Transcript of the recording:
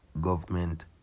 government